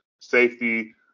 safety